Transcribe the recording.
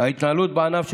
ההתנהלות בענף,